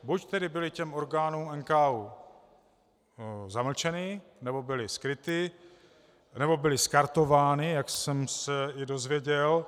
Buď tedy byly těm orgánům NKÚ zamlčeny, nebo byly skryty, nebo byly skartovány, jak jsem se i dozvěděl.